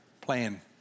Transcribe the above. plan